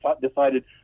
decided